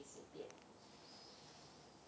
随便